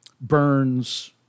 Burns